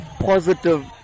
positive